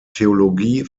theologie